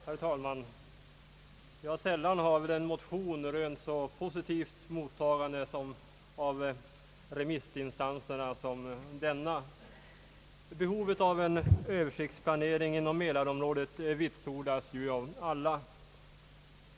Herr talman! Sällan har en motion rönt så positivt mottagande hos remissinstanserna som denna. Behovet av en översiktsplanering inom mälarområdet vitsordas av alla.